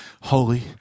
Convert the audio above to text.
holy